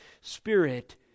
spirit